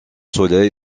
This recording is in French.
soleil